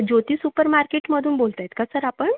ज्योती super मार्केटमधून बोलत आहेत का सर आपण